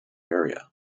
area